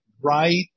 right